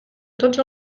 tots